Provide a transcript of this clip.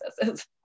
processes